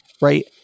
right